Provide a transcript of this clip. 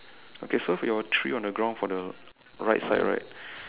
okay so your three on the ground for the right side right